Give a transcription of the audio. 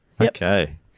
Okay